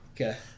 Okay